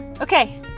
Okay